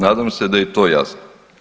Nadam se da je i to jasno.